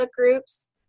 groups